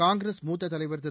காங்கிரஸ் மூத்த தலைவர் திரு